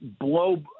blow